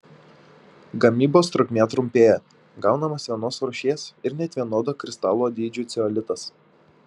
gamybos trukmė trumpėja gaunamas vienos rūšies ir net vienodo kristalų dydžio ceolitas